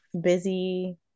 busy